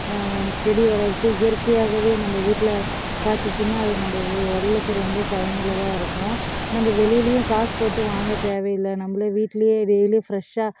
செடி வளர்த்து இயற்கையாகவே நம்ம வீட்டில் காய்ச்சிச்சினா அது நம்ம உடலுக்கு ரொம்ப பயனுள்ளதாக இருக்கும் நம்ம வெளியிலேயும் காசு போட்டு வாங்க தேவையில்லை நம்மளே வீட்லேயே டெய்லி ஃப்ரெஷ்ஷாக